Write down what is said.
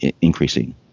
increasing